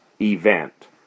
event